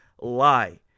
lie